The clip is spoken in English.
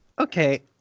okay